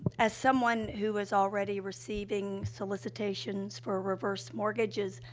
as someone who is already receiving solicitations for reverse mortgages,